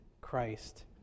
Christ